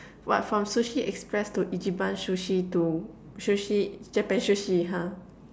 what from sushi-express to ichiban sushi to sushi Japan sushi !huh!